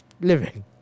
living